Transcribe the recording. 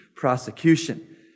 prosecution